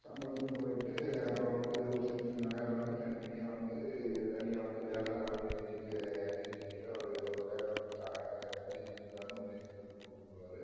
சம்பளத்துக்கு போய்விட்டு அப்புறம் வந்து ஒரு சின்ன சின்ன வேலை வந்து தனித்தனியாக வந்து தனியாக வந்து வேலைலாம் நல்லா தெரிஞ்சுட்டு தெரிஞ்சிட்டி ஒரு ஒரு வேலை வந்து தர்றேன் த தனியாக செஞ்சுப்பாருன்னு மேஸ்திரி வந்து கூப்பிடுவாரு